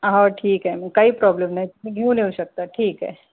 हो ठिक आहे मग काही प्रॉब्लेम नाही तुम्ही घेऊन येऊ शकता ठिक आहे